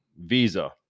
Visa